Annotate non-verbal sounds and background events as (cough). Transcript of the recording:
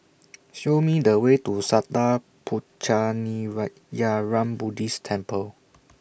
Show Me The Way to Sattha (unintelligible) Buddhist Temple